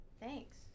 thanks